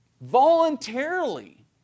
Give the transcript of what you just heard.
Voluntarily